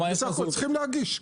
צריכים להגיש.